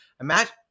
Imagine